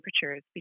temperatures